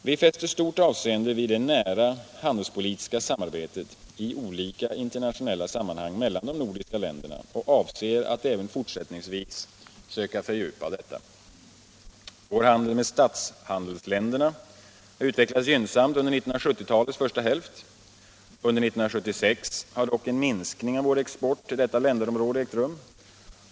Vi fäster stort avseende vid det nära handelspolitiska samarbetet i olika internationella sammanhang mellan de nordiska länderna och avser att även fortsättningsvis söka fördjupa detta. Vår handel med statshandelsländerna har utvecklats gynnsamt under 1970-talets första hälft. Under 1976 har dock en minskning av vår export till detta länderområde ägt rum.